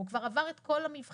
הוא כבר עבר את כל המבחנים,